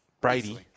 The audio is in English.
Brady